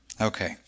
Okay